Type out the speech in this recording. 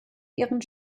ihren